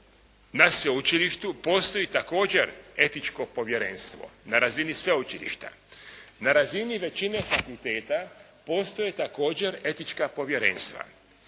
na sveučilištu postoji također etičko povjerenstvo na razini sveučilišta. Na razini većine fakulteta postoje također etička povjerenstva.